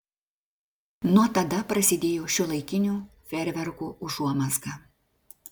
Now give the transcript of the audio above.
nuo tada prasidėjo šiuolaikinių fejerverkų užuomazga